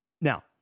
now